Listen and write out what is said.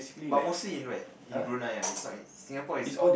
but mostly in where in Brunei ah is not in Singapore is